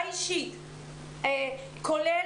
יש מורים צעירים שנמצאים כרגע במשבר.